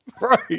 Right